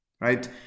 Right